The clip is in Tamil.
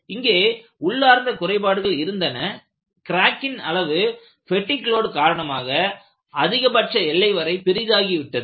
இங்கே உள்ளார்ந்த குறைபாடுகள் இருந்தன கிராக்கின் அளவு பெடிக் லோட் காரணமாக அதிகபட்ச எல்லை வரை பெரியதாகி விட்டது